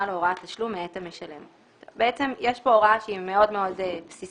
לו הוראת תשלום מאת המשלם." בעצם יש פה הוראה שהיא מאוד מאוד בסיסית,